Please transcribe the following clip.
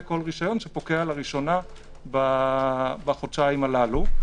כל רשיון שפוקע לראשונה בחודשיים הללו.